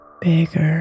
bigger